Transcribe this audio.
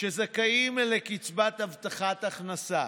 שזכאים לקצבת הבטחת הכנסה.